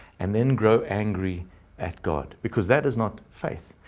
and then grow angry at god, because that is not faith.